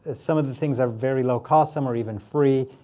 ah some of the things are very low cost. some are even free.